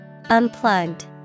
Unplugged